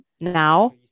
now